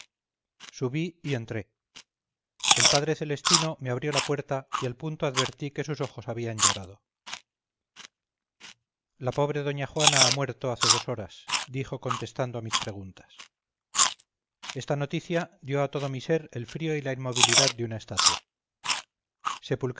subí y entré el padre celestino me abrió la puerta y al punto advertí que sus ojos habían llorado la pobre doña juana ha muerto hace dos horas dijo contestando a mis preguntas esta noticia dio a todo mi ser el frío y la inmovilidad de una estatua